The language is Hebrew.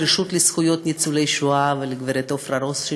לרשות לזכויות ניצולי שואה ולגברת עפרה רוס,